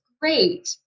great